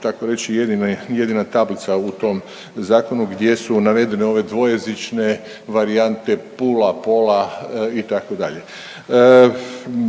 tako reći, jedina tablica u tom zakonu gdje su navedene ove dvojezične varijante Pula-Pola, itd.